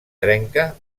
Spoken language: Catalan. trenca